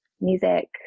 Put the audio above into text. music